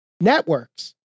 networks